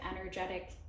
energetic